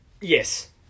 Yes